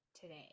today